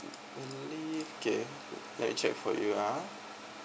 let me check for you ah